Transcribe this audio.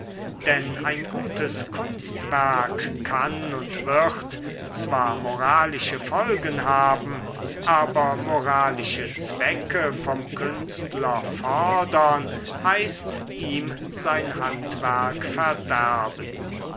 denn ein gutes kunstwerk kann und wird zwar moralische folgen haben aber moralische zwecke vom künstler fordern heißt ihm sein handwerk verderben